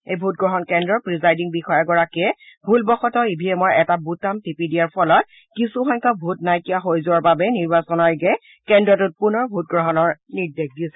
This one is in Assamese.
এই ভোটগ্ৰহণ কেন্দ্ৰৰ প্ৰিজাইডিং বিষয়াগৰাকীয়ে ভুলবশতঃ ইভিএমৰ এটা বুটাম টিপি দিয়াৰ ফলত কিছুসংখ্যক ভোট নাইকিয়া হৈ যোৱাৰ বাবে নিৰ্বাচন আয়োগে কেন্দ্ৰটোত পুনৰ ভোটগ্ৰহণৰ নিৰ্দেশ দিছে